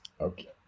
okay